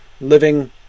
living